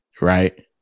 right